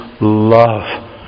love